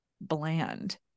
bland